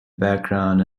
background